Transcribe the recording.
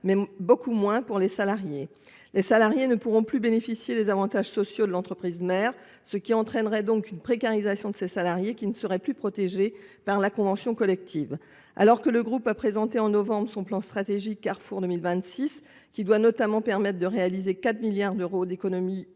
mais beaucoup moins pour les salariés. Ces derniers ne pourront plus bénéficier des avantages sociaux de l'entreprise mère, ce qui entraînera leur précarisation, car ils ne seront plus protégés par la convention collective. Alors que le groupe a présenté au mois de novembre son plan stratégique « Carrefour 2026 », qui doit notamment permettre de réaliser 4 milliards d'euros d'économies